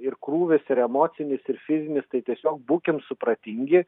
ir krūvis ir emocinis ir fizinis tai tiesiog būkim supratingi